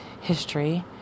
history